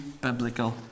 biblical